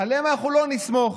עליהם אנחנו לא נסמוך.